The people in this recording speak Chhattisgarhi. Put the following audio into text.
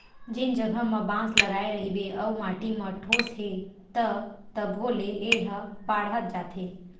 जेन जघा म बांस लगाए रहिबे अउ माटी म ठोस हे त तभो ले ए ह बाड़हत जाथे